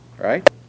right